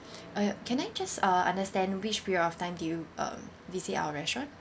uh can I just uh understand which period of time did you um visit our restaurant